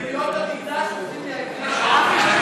על יריעות המקדש, בעזרת השם.